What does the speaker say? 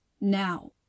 now